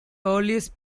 earliest